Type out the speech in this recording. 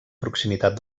proximitat